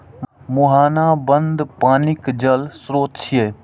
मुहाना बंद पानिक जल स्रोत छियै